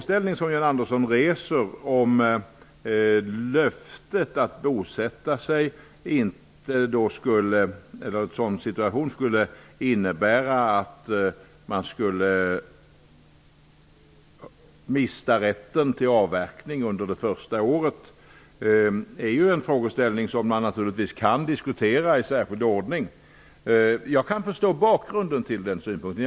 John Andersson undrar om löftet att bosätta sig inte skulle kunna innebära att man mister rätten till avverkning under det första året. Det är en frågeställning som naturligtvis kan diskuteras i särskild ordning. Jag kan förstå bakgrunden till den synpunkten.